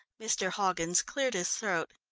mr. hoggins cleared his throat.